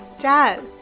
Jazz